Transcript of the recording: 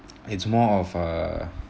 it's more of a